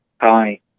Hi